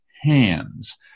hands